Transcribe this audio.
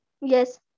Yes